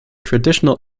traditional